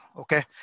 Okay